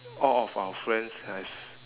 all of our friends have